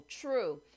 true